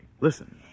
Listen